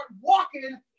walking